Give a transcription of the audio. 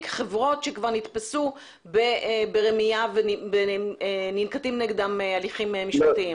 חברות שכבר נתפסו ברמיה וננקטים נגדם הליכים משפטיים.